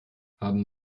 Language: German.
haben